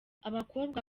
abakobwa